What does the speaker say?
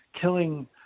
killing